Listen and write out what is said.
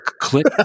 click